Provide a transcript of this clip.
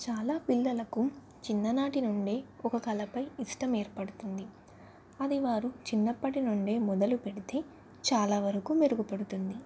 చాలా పిల్లలకు చిన్ననాటి నుండి ఒక కళపై ఇష్టం ఏర్పడుతుంది అది వారు చిన్నప్పటి నుండి మొదలు పెడితే చాలా వరకు మెరుగుపడుతుంది